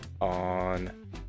on